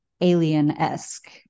alien-esque